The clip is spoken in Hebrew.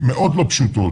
מאוד לא פשוטות.